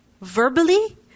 Verbally